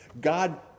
God